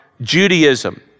Judaism